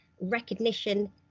recognition